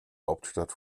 hauptstadt